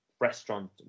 restaurant